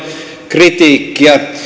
kritiikkiä